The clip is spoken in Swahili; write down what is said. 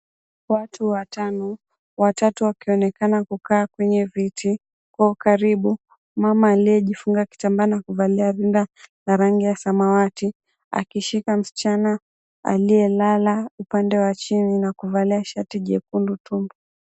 Watu watano watatu wakionekana kukaa kwenye viti kwa ukaribu mama aliyejifunga kitambaa na kuvalia rinda la rangi ya samawati akishika msichana aliye lala upande wa chini na kuvalia shati jekundu.